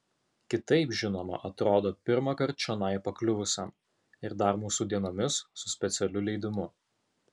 kitaip žinoma atrodo pirmąkart čionai pakliuvusiam ir dar mūsų dienomis su specialiu leidimu